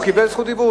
הוא קיבל זכות דיבור,